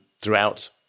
throughout